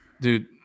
dude